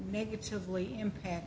negatively impact